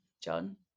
John